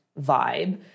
vibe